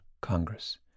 Congress